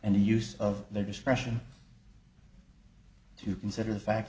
and the use of their discretion to consider the fact